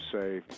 say